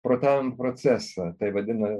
protavimo procesą tai vadina